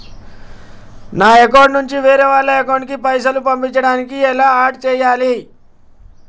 నా అకౌంట్ నుంచి వేరే వాళ్ల అకౌంట్ కి పైసలు పంపించడానికి ఎలా ఆడ్ చేయాలి?